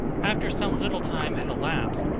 after some little time had elapsed,